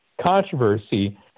controversy